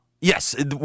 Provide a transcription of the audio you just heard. Yes